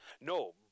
No